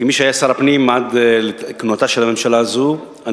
כמי שהיה שר הפנים עד כהונתה של הממשלה הזו אני